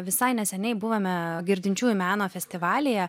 visai neseniai buvome girdinčiųjų meno festivalyje